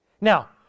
Now